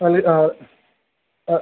അത് ആ ആ